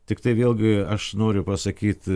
tiktai vėlgi aš noriu pasakyt